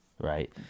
Right